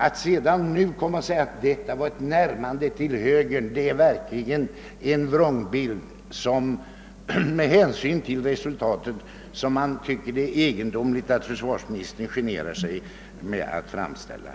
Att nu komma och säga att vårt handlande var ett närmande till högern är verkligen en vrångbild som jag tycker det är egendomligt att försvarsministern, med hänsyn till resultatet, inte generar sig för att framställa